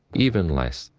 even less.